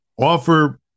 offer